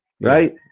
Right